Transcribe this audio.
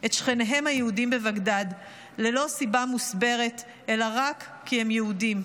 את שכניהם היהודים בבגדד ללא סיבה מוסברת אלא רק כי הם יהודים.